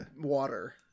water